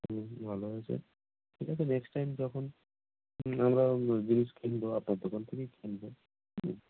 হুম ভালো হয়েছে ঠিক আছে নেক্সট টাইম যখন আমি আমরা জিনিস কিনবো আপনার দোকান থেকেই কিনবো হুম